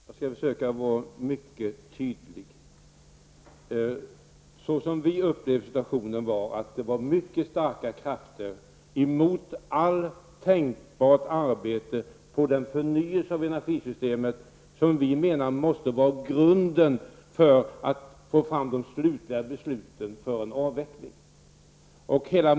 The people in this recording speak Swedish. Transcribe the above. Herr talman! Jag skall försöka uttrycka mig mycket tydligt. Vi upplevde situationen som att det var mycket starka krafter emot allt tänkbart arbete på den förnyelse av energisystemet som vi anser måste utgöra grunden för att man slutligen skall kunna fatta beslut om en avveckling.